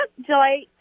July